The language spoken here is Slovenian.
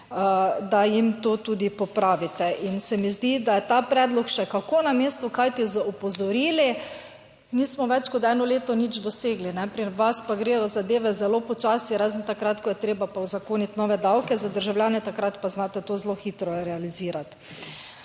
da jim to tudi popravite. In se mi zdi, da je ta predlog še kako na mestu, kajti z opozorili nismo več kot eno leto nič dosegli. Pri vas pa gredo zadeve zelo počasi, razen takrat, ko je treba uzakoniti nove davke za državljane, takrat pa znate to zelo hitro realizirati.